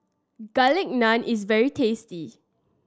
Garlic Naan is very tasty